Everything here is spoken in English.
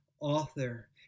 author